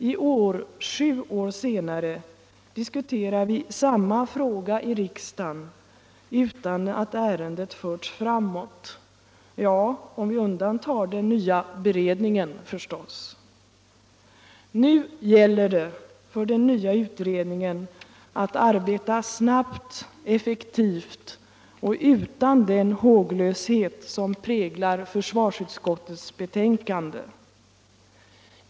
I år, sju år senare, diskuterar vi samma fråga i riksdagen utan att ärendet förts framåt, om vi undantar den nya beredningen förstås. Nu gäller det för den nya utredningen att arbeta snabbt, effektivt och utan den håglöshet som präglar försvarsutskottets betänkande.